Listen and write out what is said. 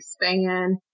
expand